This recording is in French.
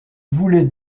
voulait